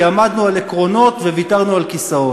כי עמדנו על עקרונות וויתרנו על כיסאות.